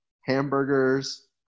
hamburgers